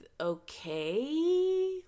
okay